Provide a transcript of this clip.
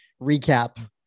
recap